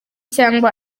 cyangwa